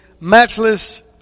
matchless